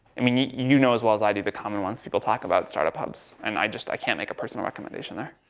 i mean, you, you know as well as i do the common ones people talk about, startup hubs and i just, i can't make a personal recommendation there.